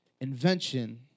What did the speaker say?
invention